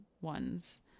ones